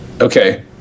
Okay